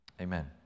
Amen